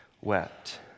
wept